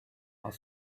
are